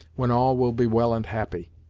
when all will be well and happy.